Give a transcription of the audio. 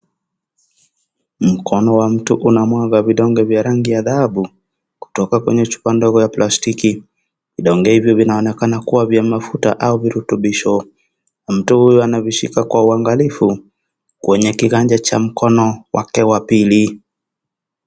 Mkono wa mtu unamwaga vidonge vya rangi ya dhahabu kutoka kwenye chupa ndogo ya plastiki. Vidonge hivyo vinaonekana kuwa vya mafuta au virutubisho. Mtu huyo anavishika kwa uangalifu kwenye kiganja chake cha mkono wake wa pili.